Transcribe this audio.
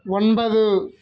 ஒன்பது